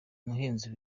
umuhinzi